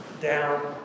down